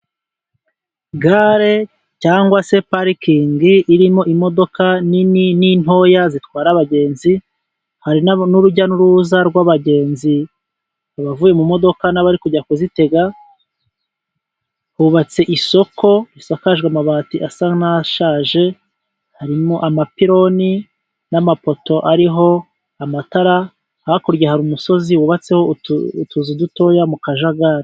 Gare cyangwa se parikingi irimo imodoka nini n'intoya zitwara abagenzi, hari n'urujya n'uruza rw'abagenzi, abavuye mu modoka n'abari kujya kuzitega, hubatse isoko risakaje amabati asa n'ashaje. Harimo amapironi n'amapoto ariho amatara, hakurya hari umusozi wubatseho utuzu dutoya mu kajagari.